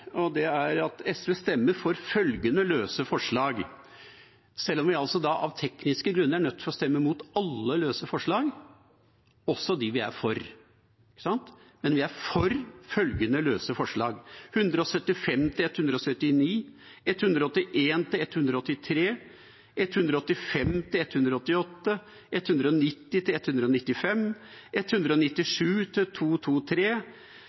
Det er at SV stemmer for følgende løse forslag – selv om vi av tekniske grunner er nødt for å stemme imot alle løse forslag, også dem vi er for. Men vi er for følgende løse forslag: